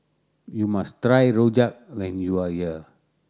you must try rojak when you are here